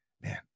man